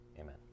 Amen